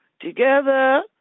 Together